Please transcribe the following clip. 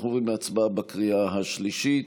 אנחנו עוברים להצבעה בקריאה השלישית.